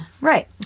Right